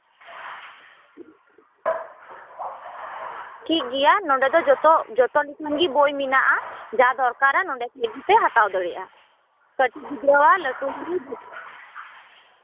ᱴᱷᱤᱠᱜᱮᱭᱟ ᱱᱚᱸᱰᱮ ᱫᱚ ᱡᱚᱛᱚ ᱞᱮᱠᱟᱱ ᱜᱮ ᱵᱳᱭ ᱢᱮᱱᱟᱜᱼᱟ ᱡᱟ ᱫᱚᱨᱠᱟᱨᱟ ᱱᱚᱸᱰᱮ ᱠᱷᱚᱡ ᱜᱮᱯᱮ ᱦᱟᱛᱟᱣ ᱫᱟᱲᱮᱭᱟᱜᱼᱟ ᱠᱟᱹᱴᱤᱡ ᱜᱤᱫᱽᱨᱟᱹᱣᱟᱜ ᱞᱟᱹᱴᱩ ᱜᱤᱫᱽᱨᱟᱹᱣᱟᱜ